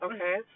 Okay